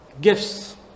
gifts